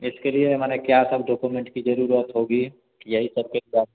इसके लिए हमारे क्या सब डॉकोमेंट की ज़रूरत होगी यही सब कुछ बात